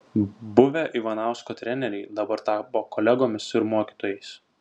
buvę ivanausko treneriai dabar tapo kolegomis ir mokytojais